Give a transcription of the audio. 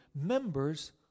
members